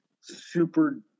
super